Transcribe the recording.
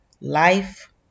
life